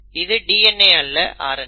இது DNA அல்ல RNA